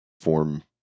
form